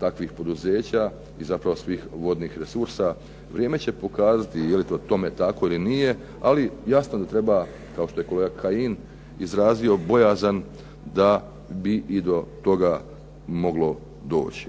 takvih poduzeća i zapravo svih vodnih resursa. Vrijeme će pokazati je li tome tako ili nije, ali jasno da treba kao što je kolega Kajin izrazio bojazan da bi i do toga moglo doći.